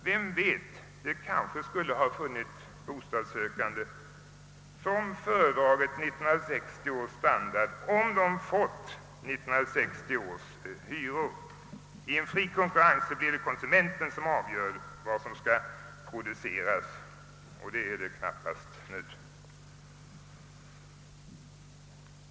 Vem vet, det kanske skulle ha funnits bostadssökande som föredragit 1960 års standard om de fått 1960 års hyror. I en fri konkurrens blir det konsumenten som avgör vad som skall produceras, men så är knappast nu fallet.